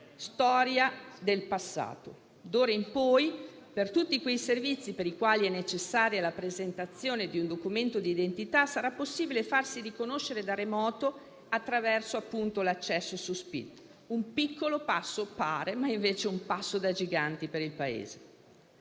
storia del passato. D'ora in poi, per tutti quei servizi per i quali è necessaria la presentazione di un documento d'identità, sarà possibile farsi riconoscere da remoto attraverso l'accesso su SPID: sembra un piccolo passo, ma è invece da giganti per il Paese.